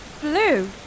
blue